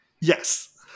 Yes